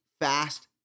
fast